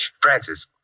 Francis